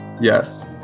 yes